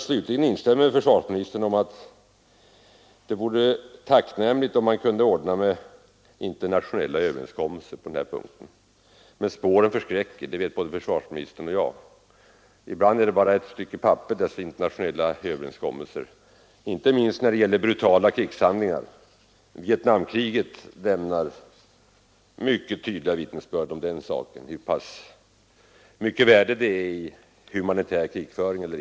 Slutligen instämmer jag i vad försvarsministern sade om att det vore tacknämligt om man kunde åstadkomma internationella överenskommelser. Men spåren förskräcker, det vet både försvarsministern och jag. Ibland är dessa internationella överenskommelser bara ett stycke papper som inte hindrar brutala krigshandlingar. Vietnamkriget lämnar ett mycket tydligt vittnesbörd om hur stort värde överenskommelser om humanitär krigföring har.